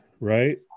right